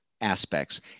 aspects